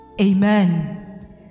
Amen